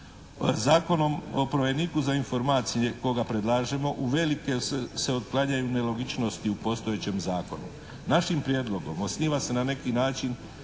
Zakonom o povjereniku za informacije koga predlažemo uvelike se otklanjaju nelogičnosti u postojećem zakonu. Našim prijedlogom osniva se na neki način